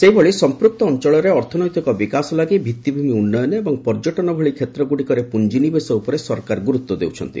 ସେହିଭଳି ସଂପୂକ୍ତ ଅଞ୍ଚଳରେ ଅର୍ଥନୈତିକ ବିକାଶ ଲାଗି ଭିତ୍ତିଭୂମି ଉନ୍ନୟନ ଏବଂ ପର୍ଯ୍ୟଟନ ଭଳି କ୍ଷେତ୍ରଗୁଡ଼ିକରେ ପୁଞ୍ଜି ନିବେଶ ଉପରେ ସରକାର ଗୁରୁତ୍ୱ ଦେଉଛନ୍ତି